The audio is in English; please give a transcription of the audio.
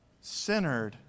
centered